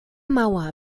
mauer